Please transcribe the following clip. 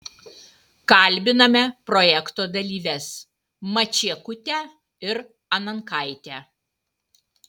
kalbiname projekto dalyves mačiekutę ir anankaitę